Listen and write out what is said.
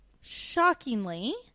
Shockingly